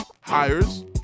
hires